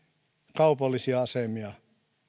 kaupallisia asemia